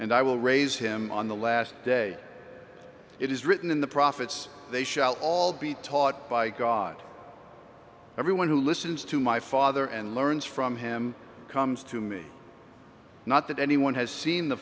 and i will raise him on the last day it is written in the prophets they shall all be taught by god everyone who listens to my father and learns from him comes to me not that anyone has seen the